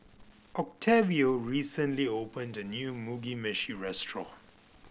Octavio recently opened a new Mugi Meshi restaurant